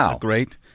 great